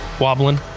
Wobbling